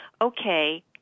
okay